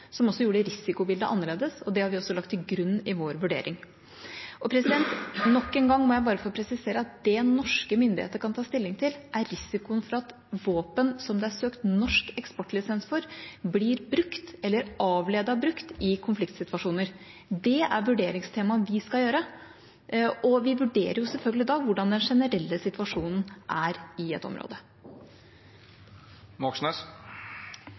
som også gjorde risikobildet annerledes. Det har vi lagt til grunn i vår vurdering. Nok en gang må jeg få presisere at det norske myndigheter kan ta stilling til, er risikoen for at våpen som det er søkt om norsk eksportlisens for, blir brukt eller avledet brukt i konfliktsituasjoner. Det er vurderingstema for oss, og vi vurderer selvfølgelig da hvordan den generelle situasjonen er i et